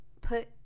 put